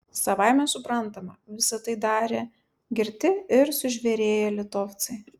savaime suprantama visa tai darė girti ir sužvėrėję litovcai